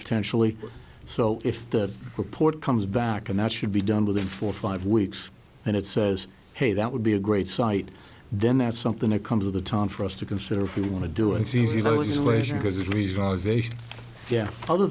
potentially so if the report comes back and that should be done within four or five weeks and it says hey that would be a great site then that's something that comes of the time for us to consider if you want to do it